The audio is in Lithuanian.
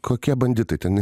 kokie banditai ten